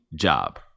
Job